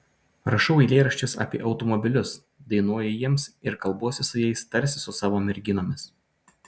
rašau eilėraščius apie automobilius dainuoju jiems ir kalbuosi su jais tarsi su savo merginomis